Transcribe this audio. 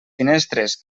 finestres